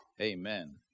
Amen